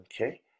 Okay